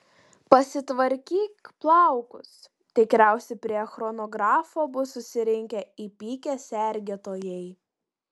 pasitvarkyk plaukus tikriausiai prie chronografo bus susirinkę įpykę sergėtojai